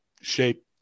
shape